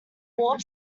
warp